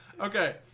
okay